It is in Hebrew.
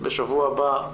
בשבוע הבא,